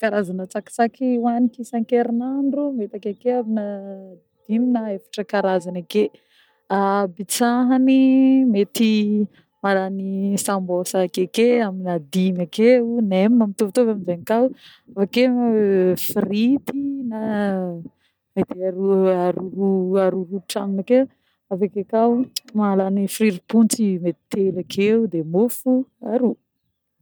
Karazagna tsakitsaky hoaniky isa-kerinandro mety akeke amina dimy na efatra karazany akeo. abitsahany mety mahalany sambos akeke amina dimy akeo, nem mitovitovy aminjegny koa avy ake frity na mety aroroa aroroa tragnony ake avy ake koa mahalany fririm-pontsy mety telo akeo de môfo aroa.